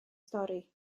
stori